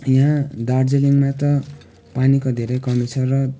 यहाँ दार्जिलिङमा त पानीको धेरै कमी छ र